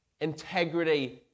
Integrity